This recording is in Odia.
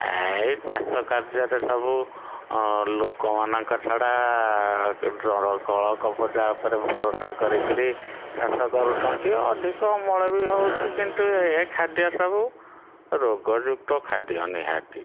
ଏଇ ଚାଷ କାର୍ଯ୍ୟରେ ସବୁ ଲୋକମାନଙ୍କ ଛଡ଼ା କ କଳ କବଜା ଉପରେ ଭରସା କରିକିରି ଚାଷ କରୁଛନ୍ତି ଅଧିକ ଅମଳ ବି ହେଉଛି କିନ୍ତୁ ଏ ଖାଦ୍ୟ ସବୁ ରୋଗଯୁକ୍ତ ଖାଦ୍ୟ ନିହାତି